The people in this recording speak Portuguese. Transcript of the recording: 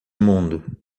mundo